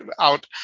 out